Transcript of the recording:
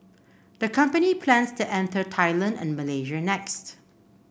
the company plans to enter Thailand and Malaysia next